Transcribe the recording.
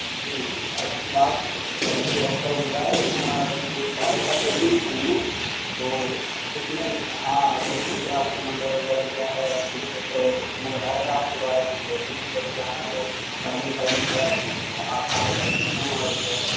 جی آ لاسٹ جو ہفتہ گُزرا ہے اُس میں ہمارا ایک دوست آیا تھا دلّی گھومنے تو اُس نے ہاں تو اُسی سے آپ کا نمبر وغیرہ لیا ہے اُس نے بتایا تھا آپ کے بارے میں کہ دلّی کبھی جانا تو راجیش بھائی کی کیب آپ ہائر کر سکتے ہیں اور جو ہے